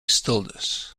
stillness